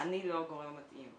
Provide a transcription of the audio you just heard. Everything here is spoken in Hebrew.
אני לא הגורם המתאים.